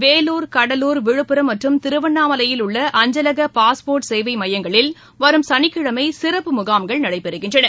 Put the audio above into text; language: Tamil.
வேலூர் கடலூர் விழுப்புரம் மற்றும் திருவண்ணாமலையில் உள்ள அஞ்சலக பாஸ்போர்ட் சேவை மையங்களில் வரும் சனிக்கிழமை சிறப்பு முகாம்கள் நடைபெறுகிறது